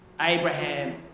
Abraham